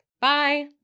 Bye